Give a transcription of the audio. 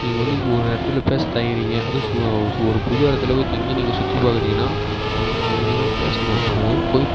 நீங்கள் வந்து இப்போ ஒரு இடத்துல பேசத் தயங்குகிறிங்க அதுவும் ஒரு புது இடத்துல போய் தங்கி நீங்கள் சுற்றி பார்க்குறிங்கன்னா நீங்கள் வந்து தைரியமாக பேசணும் அதாவது போய்